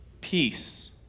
peace